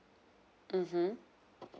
mmhmm